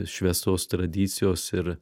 švęstos tradicijos ir